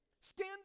skin